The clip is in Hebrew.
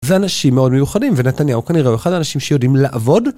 זה אנשים מאוד מיוחדים, ונתניהו כנראה הוא אחד האנשים שיודעים לעבוד.